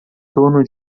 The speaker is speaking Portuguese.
torno